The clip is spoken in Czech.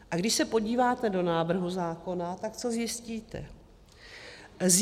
A když se podíváte do návrhu zákona, tak co zjistíte?